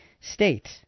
state